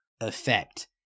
effect